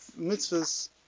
mitzvahs